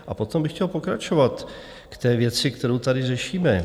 A potom bych chtěl pokračovat k té věci, kterou tady řešíme.